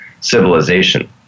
civilization